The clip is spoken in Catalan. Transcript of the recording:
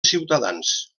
ciutadans